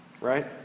right